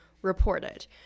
Reported